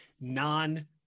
non